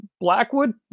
Blackwood